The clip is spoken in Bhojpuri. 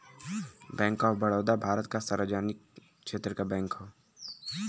बैंक ऑफ बड़ौदा भारत क सार्वजनिक क्षेत्र क बैंक हौ